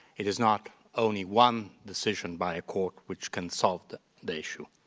it is not only one decision by a court which can sort of the the issue.